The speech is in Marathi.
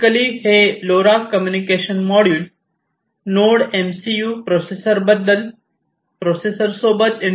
बेसिकली हे LoRa communication module node MCU processor सोबत इंटरफेस केले आहे